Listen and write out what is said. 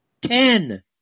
Ten